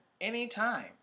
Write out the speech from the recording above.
Anytime